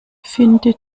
finde